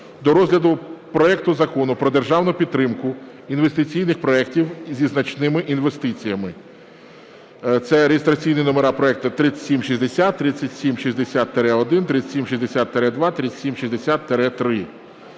до розгляду проекту Закону про державну підтримку інвестиційних проектів зі значними інвестиціями (це реєстраційні номера проекту 3760, 3760-1, 3760-2, 3760-3).